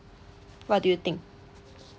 what do you think